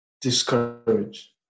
discourage